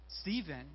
Stephen